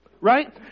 right